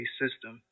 system